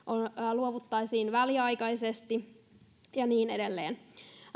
luovuttaisiin väliaikaisesti ja niin edelleen